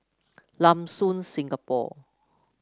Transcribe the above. Lam Soon Singapore